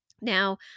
Now